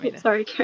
Sorry